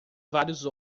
vários